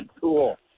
cool